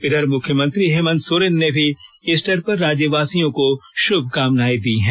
इधर मुख्यमंत्री हेमंत सोरेन ने भी ईस्टर पर राज्यवासियों को शुभकामनाएं दी हैं